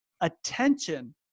attention